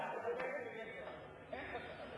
אין חשש לגבי האינטליגנציה שלו.